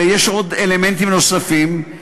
ויש עוד אלמנטים נוספים,